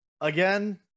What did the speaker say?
Again